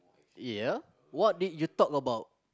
ya what did you talk about